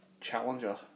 Challenger